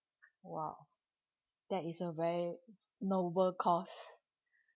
!wow! that is a very noble cause